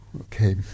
Okay